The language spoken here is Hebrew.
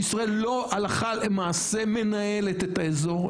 ישראל לא הלכה למעשה מנהלת את האזור,